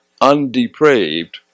undepraved